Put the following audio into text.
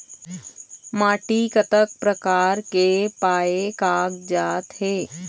माटी कतक प्रकार के पाये कागजात हे?